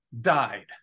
died